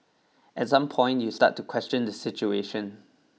at some point you start to question the situation